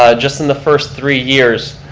ah just in the first three years,